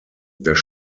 das